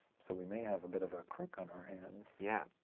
so we may have a bit of a crook on our hands. yeah.